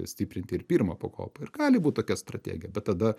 stiprinti ir pirmą pakopą ir gali būt tokia strategija bet tada